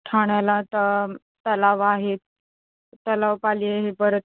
ठाण्याला तर तलाव आहेत तलावपाली आहे परत